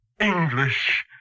English